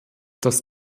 dass